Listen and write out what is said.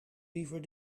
liever